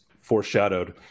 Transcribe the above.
foreshadowed